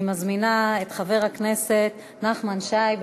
אני מזמינה את חבר הכנסת נחמן שי.